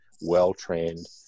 well-trained